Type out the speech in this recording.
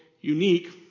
unique